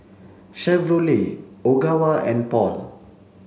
Chevrolet Ogawa and Paul